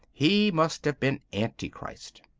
he must have been antichrist.